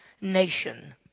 nation